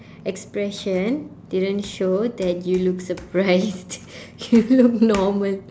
expression didn't show that you looked surprised you look normal